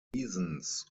reasons